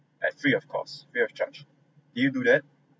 at free of cost free of charge did you do that